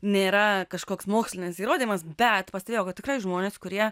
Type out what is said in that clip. nėra kažkoks mokslinis įrodymas bet pastebėjau kad tikrai žmonės kurie